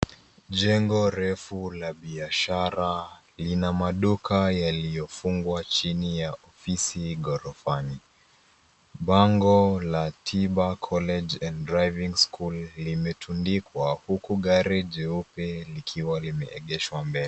Jengo refu la biashara lina maduka yaliyofungwa chini ya ofisi ghorofani, bango la Tbag Collage and Driving School limetundikwa huku gari jeupe likiwa limeegeshwa mbele.